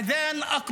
אסור לומר "אללה אכבר"